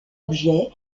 objet